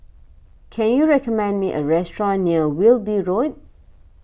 can you recommend me a restaurant near Wilby Road